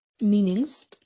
meanings